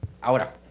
Ahora